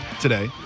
today